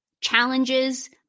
challenges